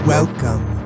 Welcome